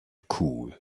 cool